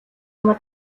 чинь